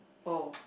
oh